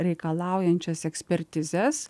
reikalaujančias ekspertizes